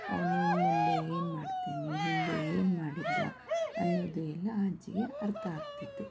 ಅವನು ಮುಂದೆ ಏನು ಮಾಡ್ತಾನೆ ಹಿಂದೆ ಏನು ಮಾಡಿದ್ದ ಅನ್ನೋದು ಎಲ್ಲ ಆ ಅಜ್ಜಿಗೆ ಅರ್ಥ ಆಗ್ತಿತ್ತು